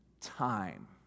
time